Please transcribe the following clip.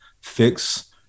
fix